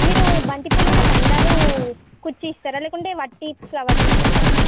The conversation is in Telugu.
మీరు బంతిపూలు కూడా దండలు కుచ్చి ఇస్తారా లేకుంటే వట్టి ఫ్లవర్సే అమ్ముతారా